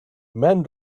men